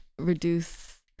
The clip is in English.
reduce